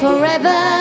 Forever